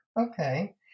Okay